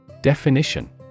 Definition